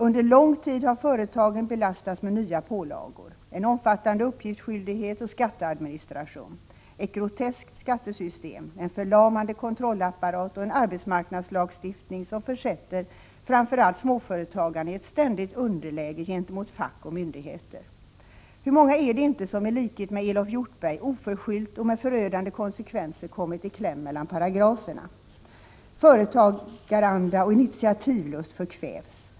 Under lång tid har företagen belastats med nya pålagor: en omfattande uppgiftsskyldighet och skatteadministration, ett groteskt skattesystem, en förlamande kontrollapparat och en arbetsmarknadslagstiftning som försätter framför allt småföretagarna i ett ständigt underläge gentemot fack och myndigheter. Hur många är det inte som i likhet med Elof Hjortberg oförskyllt och med förödande konsekvenser kommit i kläm mellan paragraferna. Företagaranda och initiativlust förkvävs.